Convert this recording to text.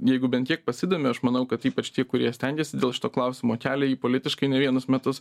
jeigu bent kiek pasidomi aš manau kad ypač tie kurie stengiasi dėl šito klausimo kelią jį politiškai ne vienus metus